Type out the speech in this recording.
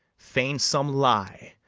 feign some lie,